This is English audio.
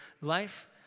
life